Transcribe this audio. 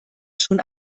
schon